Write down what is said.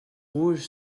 rouges